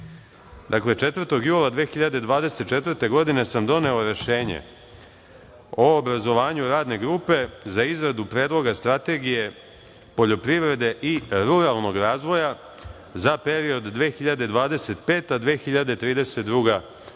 4. jula 2024. godine doneo Rešenje o obrazovanju Radne grupe za izradu predloga strategije poljoprivrede i ruralnog razvoja za period 2025-2032. godina.